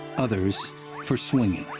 others for swinging.